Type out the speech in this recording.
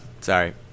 Sorry